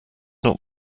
not